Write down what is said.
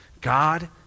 God